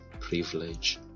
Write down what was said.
privilege